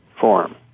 form